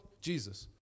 Jesus